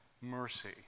mercy